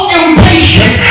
impatient